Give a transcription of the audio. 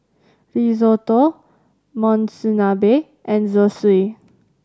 Risotto Monsunabe and Zosui